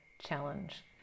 Challenge